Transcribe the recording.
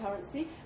currency